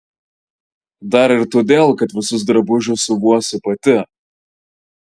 dar ir todėl kad visus drabužius siuvuosi pati